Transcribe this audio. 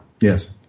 Yes